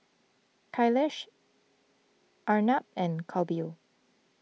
Kailash Arnab and Kapil